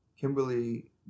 Kimberly